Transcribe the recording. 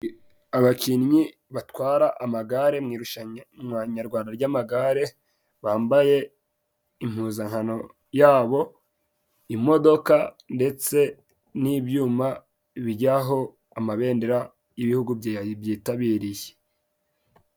Abakinnyi batwara amagare mu irushanwa Nyarwanda ry'amagare, bambaye impuzankano yabo, imodoka, ndetse n'ibyuma bijyaho amabendera y'ibihugu byitabiriye.